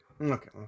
Okay